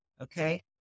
okay